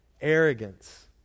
arrogance